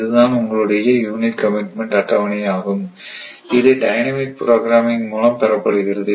இதுதான் உங்களுடைய unit commitment அட்டவணை ஆகும் இது டைனமிக் ப்ரோக்ராமிங் மூலம் பெறப்படுகிறது